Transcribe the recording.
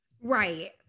Right